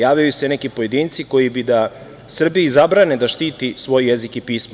Javljaju se neki pojedinci koji bi da Srbiji zabrane da štiti svoj jezik i pismo.